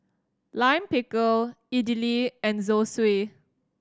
Lime Pickle Idili and Zosui